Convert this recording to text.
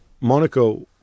Monaco